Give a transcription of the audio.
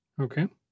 Okay